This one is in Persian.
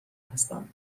هستم